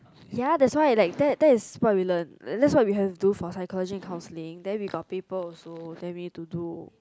ya that's why like that that is what we learn like that's what we have to do for psychology and counselling then we got paper also then we need to do